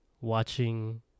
watching